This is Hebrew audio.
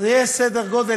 בסדר גודל,